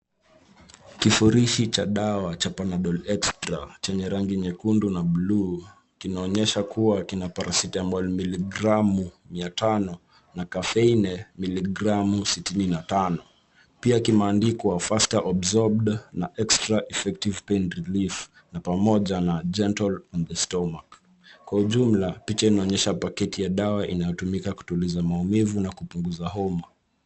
Kifurushi cha dawa cha Panadol Extra chenye rangi ya nyekundu na bluu, kinaonyesha kuwa kina Paracetamol miligramu mia tano na caffeine miligramu sitini na tano. Pia kimeandikwa faster absorbed na extra effective in relief na pamoja na gentle on the stomach . Kwa ujumla, picha inaonyesha paketi ya dawa inayotumika kutuliza maumivu na kupunguza homa.